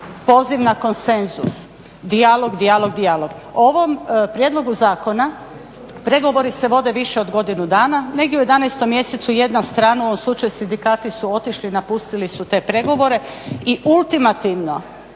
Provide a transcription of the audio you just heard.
poziv na konsenzus, dijalog, dijalog, dijalog. O ovom prijedlogu zakona pregovori se više od godinu dana. Negdje u 11.mjesecu jedna strana u ovom slučaju sindikati su otišli i napustili te pregovore i ultimativno